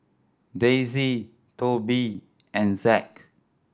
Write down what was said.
Daisy Tobi and Zack